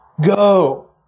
go